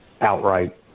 outright